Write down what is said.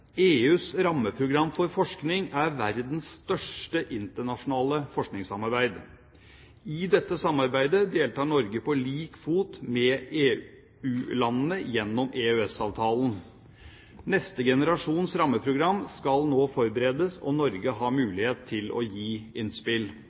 EUs rammeprogram for forskning er verdens største internasjonale forskningssamarbeid. I dette samarbeidet deltar Norge på like fot med EU-landene gjennom EØS-avtalen. Neste generasjons rammeprogram skal nå forberedes, og Norge